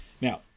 Now